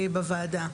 בוועדה.